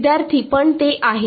विद्यार्थी पण ते आहे